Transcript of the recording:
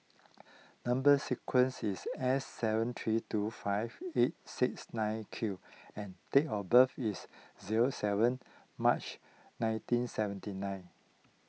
Number Sequence is S seven three two five eight six nine Q and date of birth is zero seven March nineteen seventy nine